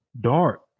dark